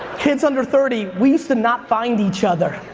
kids under thirty, we used to not find each other.